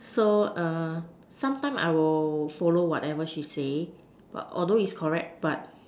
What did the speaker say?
so sometime I will follow whatever she say but although it's correct but